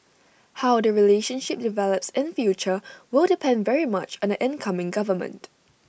how the relationship develops in future will depend very much on the incoming government